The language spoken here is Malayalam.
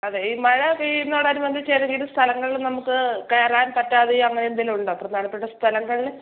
അതെ ഈ മഴ പെയ്യുന്നതോടനുബന്ധിച്ച് ഏതെങ്കിലും സ്ഥലങ്ങളിൽ നമുക്ക് കയറാൻ പറ്റാതെയോ അങ്ങനെ എന്തെങ്കിലും ഉണ്ടോ പ്രധാനപ്പെട്ട സ്ഥലങ്ങളിൽ